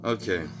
Okay